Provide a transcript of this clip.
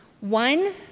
One